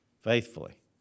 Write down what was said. faithfully